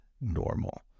normal